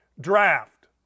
draft